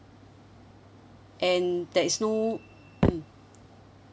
and there is no mm